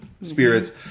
spirits